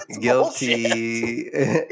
Guilty